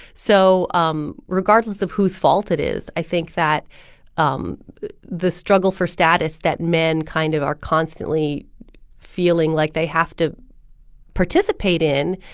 so um regardless of whose fault it is, i think that um the struggle for status that men kind of are constantly feeling like they have to participate in,